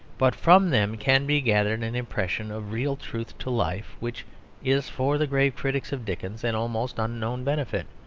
but from them can be gathered an impression of real truth to life which is for the grave critics of dickens an almost unknown benefit,